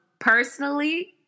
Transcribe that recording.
Personally